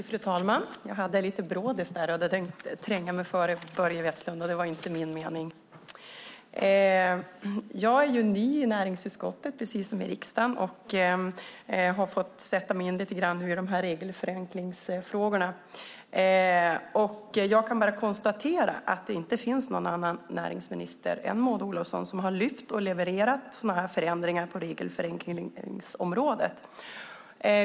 Fru talman! Jag är ny i näringsutskottet precis som i riksdagen. Jag har fått sätta mig in lite grann i regelförenklingsfrågorna. Jag kan bara konstatera att det inte finns någon annan näringsminister är Maud Olofsson som har lyft fram och levererat förändringar på regelförenklingsområdet.